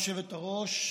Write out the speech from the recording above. היושבת-ראש,